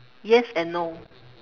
yes and no